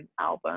album